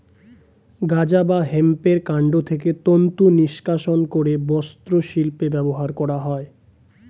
গাঁজা বা হেম্পের কান্ড থেকে তন্তু নিষ্কাশণ করে বস্ত্রশিল্পে ব্যবহার করা হয়